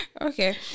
Okay